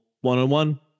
one-on-one